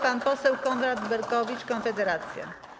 Pan poseł Konrad Berkowicz, Konfederacja.